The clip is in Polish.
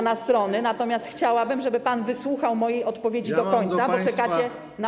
Natomiast chciałabym, żeby pan wysłuchał mojej odpowiedzi do końca, bo czekacie na.